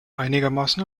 einigermaßen